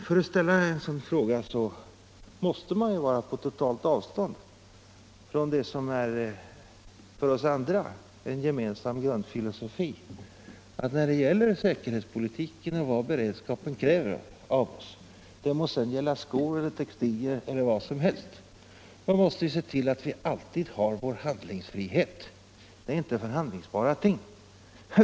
För att ställa en sådan fråga måste man vara på mycket långt avstånd från det som för oss andra är en gemensam grundfilosofi, nämligen att i fråga om vad säkerhetspolitiken och beredskapen kräver av oss — det må sedan gälla skor, textilier eller vad som helst — är att vi måste se till att vi alltid behåller vår handlingsfrihet, ty detta är inte förhandlingsbara ting.